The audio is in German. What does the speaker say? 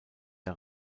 der